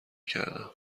کردم